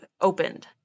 opened